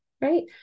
right